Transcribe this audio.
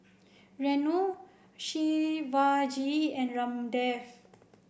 Renu Shivaji and Ramdev